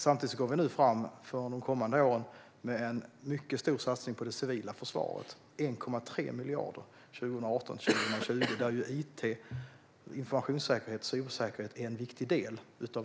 Samtidigt gör vi nu för de kommande åren en mycket stor satsning på det civila försvaret: 1,3 miljarder 2018-2020. Där ingår informations och cybersäkerhet som en viktig del.